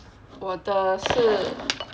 我的是